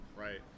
right